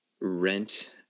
rent